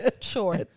Sure